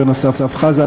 אורן אסף חזן,